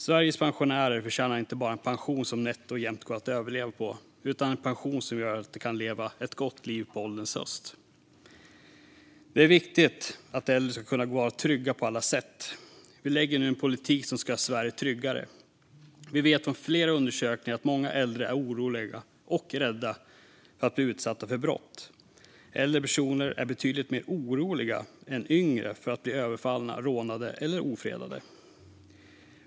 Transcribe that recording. Sveriges pensionärer förtjänar inte en pension som nätt och jämnt går att överleva på, utan en pension som gör att de kan leva ett gott liv på ålderns höst. Det är viktigt att äldre ska kunna vara trygga på alla sätt. Vi sverigedemokrater lägger nu en politik som ska göra Sverige tryggare. Flera undersökningar visar att många äldre är oroliga och rädda för att bli utsatta för brott. Äldre personer är betydligt mer oroliga än yngre för att bli överfallna, rånade eller ofredade.